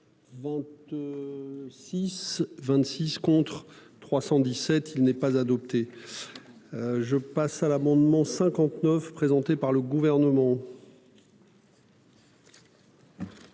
26 contre 317, il n'est pas adopté. Je passe à l'amendement 59 présenté par le gouvernement.--